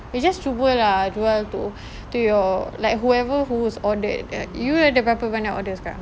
you just cuba lah jual to to your like whoever who's ordered you ada berapa banyak order sekarang